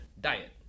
diet